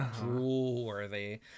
Drool-worthy